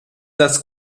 das